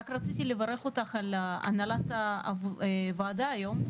רק רציתי לברך אותך על הנהלת הועדה היום,